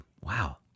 Wow